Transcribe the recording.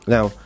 Now